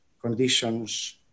conditions